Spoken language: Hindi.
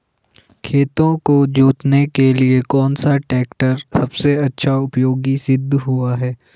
खेतों को जोतने के लिए कौन सा टैक्टर सबसे अच्छा उपयोगी सिद्ध हुआ है?